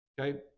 Okay